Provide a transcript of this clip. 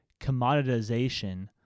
commoditization